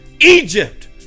Egypt